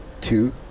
two